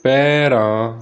ਪੈਰਾਂ